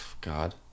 god